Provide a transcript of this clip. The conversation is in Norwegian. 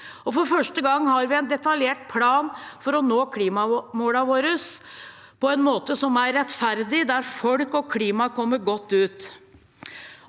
for første gang har vi en detaljert plan for å nå klimamålene våre på en måte som er rettferdig, der folk og klima kommer godt ut.